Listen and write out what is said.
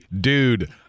dude